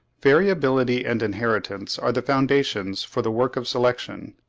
variability and inheritance are the foundations for the work of selection.